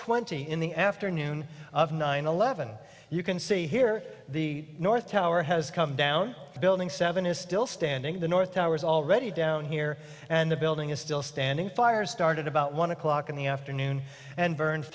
twenty in the afternoon of nine eleven you can see here the north tower has come down the building seven is still standing the north tower is already down here and the building is still standing fire started about one o'clock in the afternoon and burn